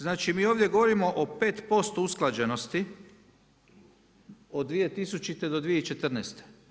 Znači, mi ovdje govorimo o 5% usklađenosti od 2000. do 2014.